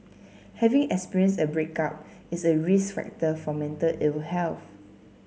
having experienced a breakup is a risk factor for mental ill health